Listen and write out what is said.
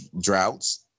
droughts